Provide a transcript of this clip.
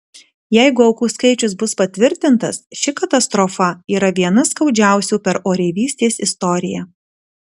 jeigu aukų skaičius bus patvirtintas ši katastrofa yra viena skaudžiausių per oreivystės istoriją